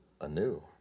anew